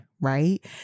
right